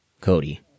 Cody